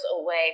away